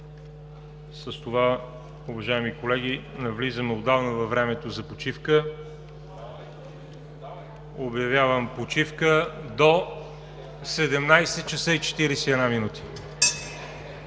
С това, уважаеми колеги, навлизаме отдавна във времето за почивка. Обявявам почивка до 17,41 часа. (Звъни.)